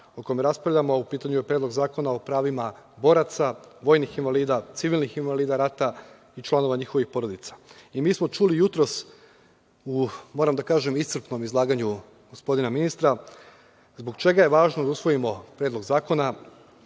o kome raspravljamo, a u pitanju je Predlog zakona o pravima boraca, vojnih invalida, civilnih invalida rata i članova njihovih porodica. Mi smo čuli jutros, moram da kažem u iscrpnom izlaganja gospodina ministra, zbog čega je važno da usvojimo Predlog zakona.